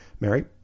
Mary